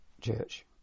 church